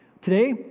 today